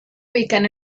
ubican